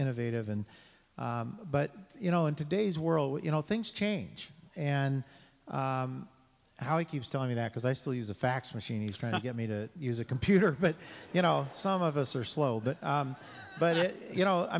innovative and but you know in today's world you know things change and how he keeps telling me that because i still use a fax machine he's trying to get me to use a computer but you know some of us are slow but you know i